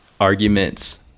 arguments